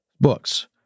books